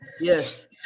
Yes